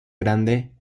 grande